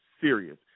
serious